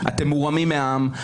אתם מורמים מעם,